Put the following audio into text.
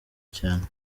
cyane